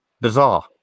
bizarre